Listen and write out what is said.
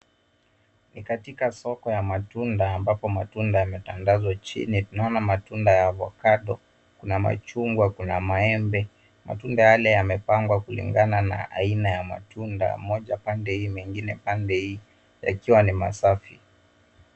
Ni katika soko ya matunda ambapo matunda yametandazwa chini. Tunaona matunda ya [ cs] avocado , kuna machungwa, kuna maembe. Matunda yale yamepangwa kulingana na aina ya matunda moja pande hii na ingine pande hii yakiwa ni masafi.